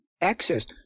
access